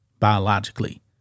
Biologically